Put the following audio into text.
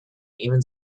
even